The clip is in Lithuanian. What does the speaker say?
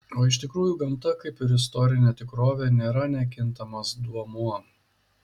o iš tikrųjų gamta kaip ir istorinė tikrovė nėra nekintamas duomuo